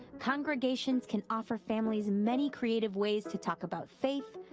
congregations can offer families many creative ways to talk about faith,